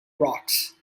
rocks